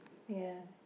ya